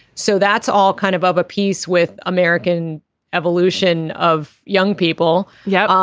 so that's all kind of of a piece with american evolution of young people. yeah.